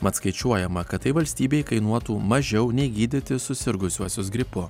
mat skaičiuojama kad tai valstybei kainuotų mažiau nei gydyti susirgusiuosius gripu